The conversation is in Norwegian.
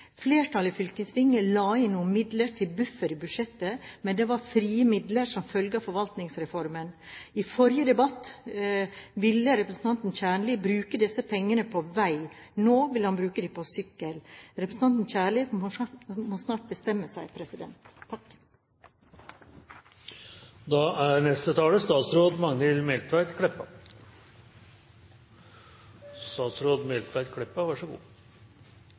Flertallet i fylkestinget la inn noen midler til buffer i budsjettet, men det var frie midler som følge av forvaltningsreformen. I forrige debatt ville representanten Kjernli bruke disse pengene på vei, nå vil ha bruke dem på sykkel. Representanten Kjernli må snart bestemme seg.